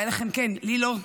אולי לכם כן, לי לא.